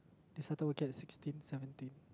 they started working at sixteen seventeen